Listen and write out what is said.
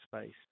space